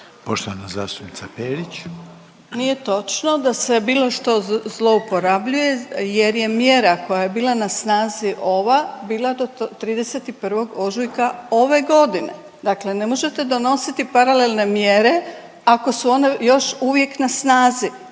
Grozdana (HDZ)** Nije točno da se bilo što zlouporabljuje jer je mjera koja je bila na snazi ova, bila do 31. ožujka ove godine, dakle ne možete donositi paralelne mjere ako su one još uvijek na snazi.